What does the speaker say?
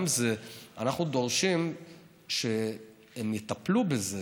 גם זה אנחנו דורשים שהם יטפלו בזה.